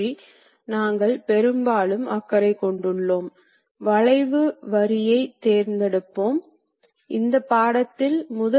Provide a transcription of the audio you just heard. இன்னொருபுறம் workpiece ஆனது பொதுவாக அதிவேகத்தில் சுழலும் மற்றும் அதே சமயத்தில் கீழே இறங்கி துளையிடவும் முடியும்